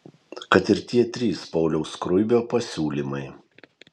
kad ir tie trys pauliaus skruibio pasiūlymai